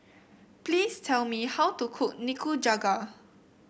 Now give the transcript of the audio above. please tell me how to cook Nikujaga